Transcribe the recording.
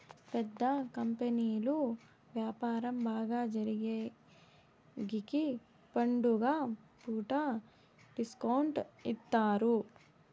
పెద్ద కంపెనీలు వ్యాపారం బాగా జరిగేగికి పండుగ పూట డిస్కౌంట్ ఇత్తారు